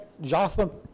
Jotham